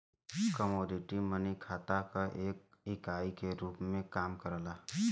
commodity money खात क एक इकाई के रूप में काम करला